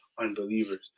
unbelievers